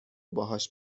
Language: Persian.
باهاش